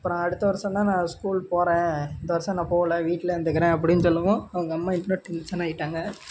அப்புறம் அடுத்த வருஷம்தான் நான் ஸ்கூல் போகிறேன் இந்த வருஷம் நான் போகல வீட்டில் இருந்துக்கிறேன் அப்படின்னு சொல்லவும் அவங்க அம்மா இன்னும் டென்ஷன் ஆகிட்டாங்க